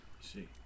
see